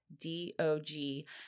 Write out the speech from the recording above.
D-O-G